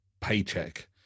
paycheck